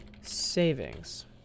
savings